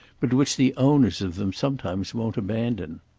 but which the owners of them sometimes won't abandon.